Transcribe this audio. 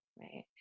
right